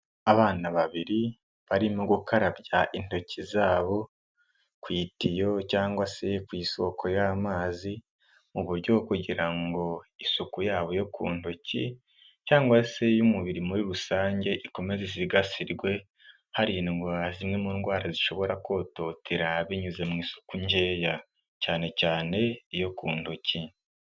Abana babiri barimo gukarabya intoki zabo, ku itiyo cyangwa se ku isoko y'amazi, mu buryo kugira ngo isuku yabo yo ku ntoki, cyangwa se y'umubiri muri rusange, ikomeze isigasirwe, harindwa zimwe mu ndwara zishobora kototera, binyuze mu isuku nkeya, cyane cyane iyo ku ntoki.